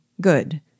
good